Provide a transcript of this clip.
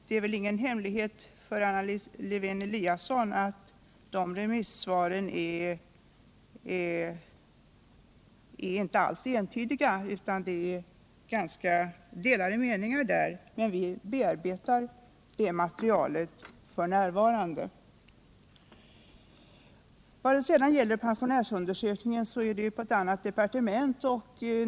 Det är väl ingen hemlighet för Anna Lisa Lewén-Eliasson att svaren inte alls är entydiga — där finns ganska delade meningar - men vi bearbetar detta material f.n. Pensionärsundersökningen handläggs av ett annat departement.